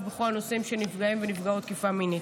בכל הנושאים של נפגעי ונפגעות תקיפה מינית.